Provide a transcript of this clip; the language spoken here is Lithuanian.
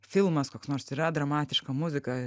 filmas koks nors yra dramatiška muzika